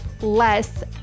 less